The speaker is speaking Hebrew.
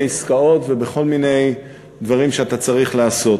עסקאות ובכל מיני דברים שאתה צריך לעשות.